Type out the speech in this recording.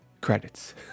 Credits